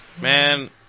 man